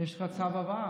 יש לך צו הבאה.